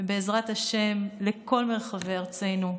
ובעזרת השם, לכל מרחבי ארצנו.